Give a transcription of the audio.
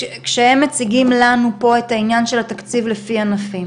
כשהם מציגים לנו פה את העניין של התקציב לפי ענפים,